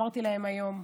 אמרתי להן היום,